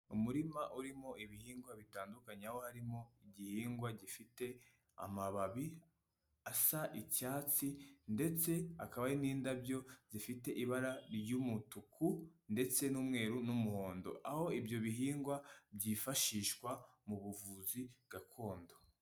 Umurima urimo ibihingwa bitandukanye aho harimo igihingwa gifite amababi asa icyatsi ndetse hakaba hari n'indabyo zifite ibara ry'umutuku ndetse n'umweru n'umuhondo aho ibyo bihingwa byifashishwa mu buvuzi gakondo.